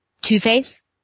Two-Face